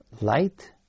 light